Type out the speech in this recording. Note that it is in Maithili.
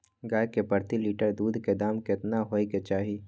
गाय के प्रति लीटर दूध के दाम केतना होय के चाही?